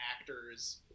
actors